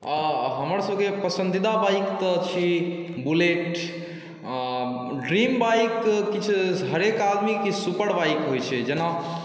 हमरसबके पसन्दीदा बाइक तऽ छी बुलेट ड्रीम बाइक किछु हरेक आदमीके सुपर बाइक होइ छै जेना